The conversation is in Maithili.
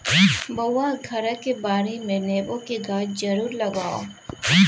बौआ घरक बाडीमे नेबोक गाछ जरुर लगाउ